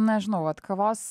nežinau vat kavos